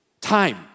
Time